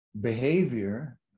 behavior